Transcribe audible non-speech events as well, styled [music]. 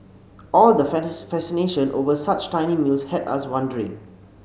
all the [unintelligible] fascination over such tiny meals had us wondering